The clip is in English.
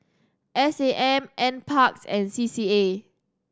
S A M N Parks and C C A